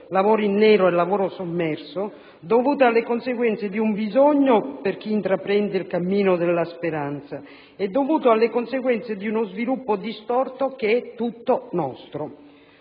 lavoro in nero e lavoro sommerso, dovuta alle conseguenze di un bisogno per chi intraprende il cammino della speranza e dovuta alle conseguenze di uno sviluppo distorto che è tutto nostro.